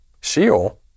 Sheol